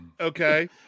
Okay